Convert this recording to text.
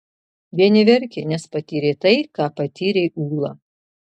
vieni verkė nes patyrė tai ką patyrė ūla